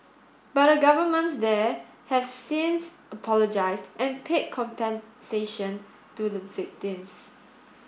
but the governments there have since apologised and paid compensation to the victims